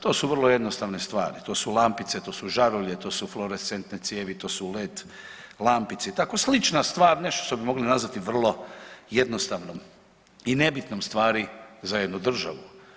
To su vrlo jednostavne stvari, to su lampice, to su žarulje, to su fluorescentne cijevi, to su led lampice i tako, slična stvar nešto što bi mogli nazvati vrlo jednostavnom i nebitnom stvari za jednu državu.